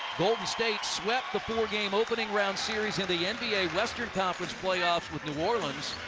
golden state swept the four-game opening round series in the nba western conference playoff with new orleans.